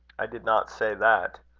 i did not say that.